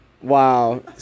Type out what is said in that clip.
Wow